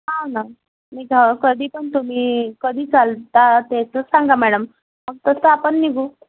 हां ना मी कधी पण तुम्ही कधी चालतं त्याचं सांगा मॅडम मग तसं आपण निघू